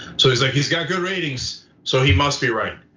so he's like, he's got good ratings, so he must be right.